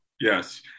Yes